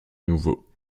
nouveau